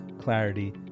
clarity